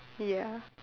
ya